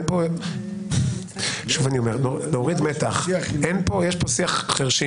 יש פה שיח חירשים.